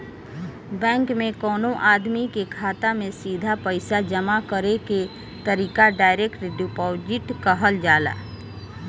bank में कवनो आदमी के खाता में सीधा पईसा जामा करे के तरीका डायरेक्ट डिपॉजिट कहल जाला